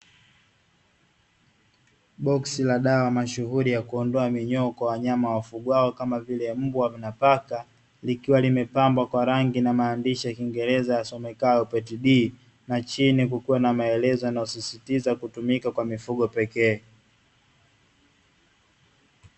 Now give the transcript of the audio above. Boksi la dawa mashuhuri ya kuondoa minyoo kwa wanyama wafugwao, kama vile; mbwa na paka, likiwa limepambwa kwa rangi na maandishi ya kiingereza yasomekayo "PET D" na chini kukiwa na maelezo yanayosisitiza kutumika kwa mifugo pekee.